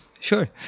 Sure